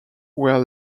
were